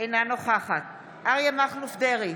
אינה נוכחת אריה מכלוף דרעי,